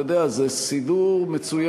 אתה יודע, זה סידור מצוין.